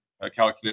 calculate